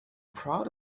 proud